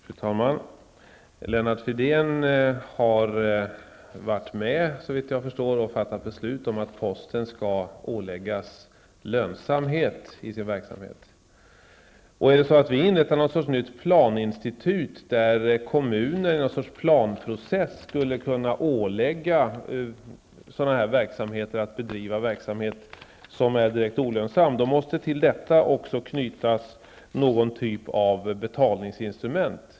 Fru talman! Lennart Fridén har såvitt jag förstår varit med och fattat beslut om att posten skall åläggas att bedriva verksamheten på ett sådant sätt att den blir lönsam. Om vi inrättar ett nytt planinstitut där kommunen i något slags planprocess skulle kunna ålägga t.ex. posten att bedriva en verksamhet som är direkt olönsam måste till detta också knytas någon typ av betalningsinstrument.